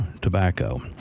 tobacco